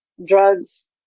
Drugs